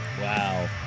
Wow